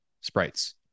sprites